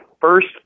first